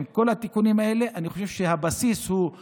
עם תום התיקונים האלה אני חושב שהבסיס לא טוב,